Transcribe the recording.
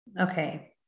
Okay